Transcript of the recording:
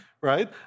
right